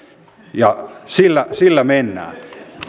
ja sillä sillä mennään